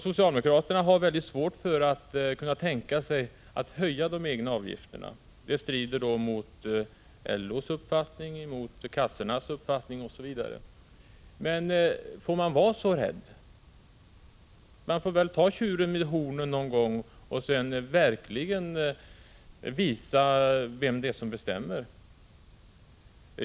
Socialdemokraterna har mycket svårt att tänka sig en höjning av egenavgifterna. En sådan skulle strida mot bl.a. LO:s och kassornas uppfattning. Men får man vara så rädd? Någon gång måste man väl ta tjuren vid hornen och verkligen visa vem det är som bestämmer.